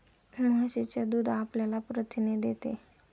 म्हशीचे दूध आपल्याला प्रथिने देते